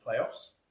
playoffs